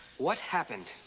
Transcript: what happened?